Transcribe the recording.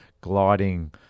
gliding